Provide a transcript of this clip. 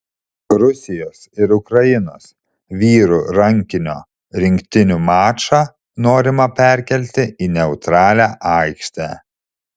rusijos ir ukrainos vyrų rankinio rinktinių mačą norima perkelti į neutralią aikštę